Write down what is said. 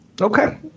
Okay